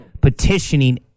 petitioning